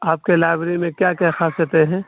آپ کے لائبریری میں کیا کیا خاصیتیں ہیں